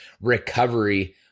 recovery